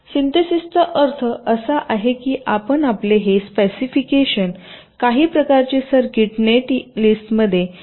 सिन्थेसिसचा अर्थ असा आहे की आपण आपले हे स्पेसिफिकेशन काही प्रकारचे सर्किट नेट यादीमध्ये ट्रान्सलेट करण्याचा प्रयत्न करीत आहात